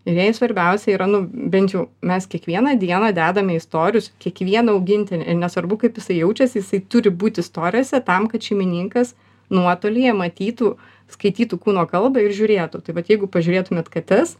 ir jai svarbiausia yra nu bent jau mes kiekvieną dieną dedame į storius kiekvieną augintinį ir nesvarbu kaip jisai jaučiasi jisai turi būti storyse tam kad šeimininkas nuotolyje matytų skaitytų kūno kalbą ir žiūrėtų tai vat jeigu pažiūrėtumėt kates